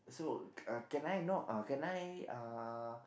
so uh can I know uh can I uh